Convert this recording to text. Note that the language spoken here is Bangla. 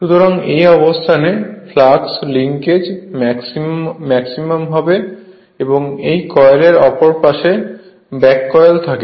সুতরাং এই অবস্থানে ফ্লাক্স লিংকেজ ম্যাক্সিমাম হবে এবং এই কয়েলের অপর পাশে ব্যাক কয়েল থাকে